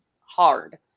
hard